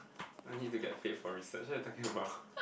I need to get paid for research what you talking about